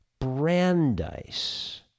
Brandeis